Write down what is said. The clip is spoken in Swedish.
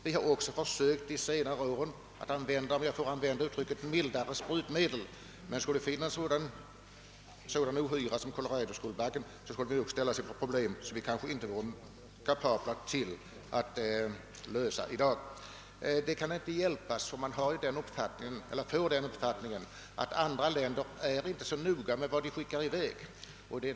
Vi har också under senare år försökt att använda »mildare» sprutmedel, om jag får använda det uttrycket, men införs sådan ohyra som koloradoskalbaggen, så kommer vi nog att ställas inför problem som vi kanske inte är kapabla att lösa. Man kan inte undgå att få den uppfattningen att andra länder inte är så noga med vad de skickar i väg.